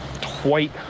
twite